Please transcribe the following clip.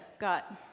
got